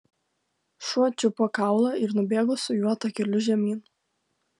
šuo čiupo kaulą ir nubėgo su juo takeliu žemyn